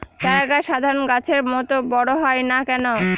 চারা গাছ সাধারণ গাছের মত বড় হয় না কেনো?